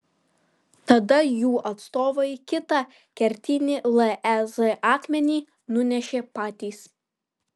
tada jų atstovai kitą kertinį lez akmenį nunešė patys